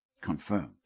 Confirmed